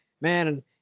man